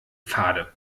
fade